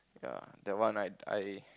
yea that one I I